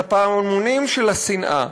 אז, הפעמונים של השנאה